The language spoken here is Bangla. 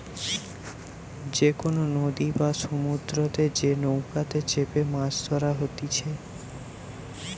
যে কোনো নদী বা সমুদ্রতে যে নৌকাতে চেপেমাছ ধরা হতিছে